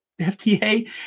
FTA